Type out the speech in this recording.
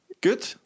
good